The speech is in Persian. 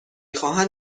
خواهم